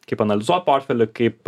kaip analizuot portfelį kaip